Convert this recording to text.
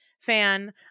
fan